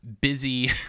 busy